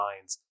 minds